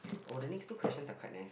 oh the next two questions are quite nice